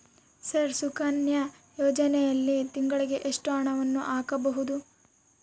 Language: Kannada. ಸರ್ ಸುಕನ್ಯಾ ಯೋಜನೆಯಲ್ಲಿ ತಿಂಗಳಿಗೆ ಎಷ್ಟು ಹಣವನ್ನು ಹಾಕಬಹುದು?